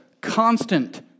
constant